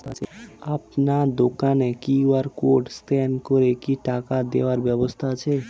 আপনার দোকানে QR code scan করে কি টাকা দেওয়ার ব্যবস্থা আছে?